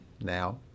now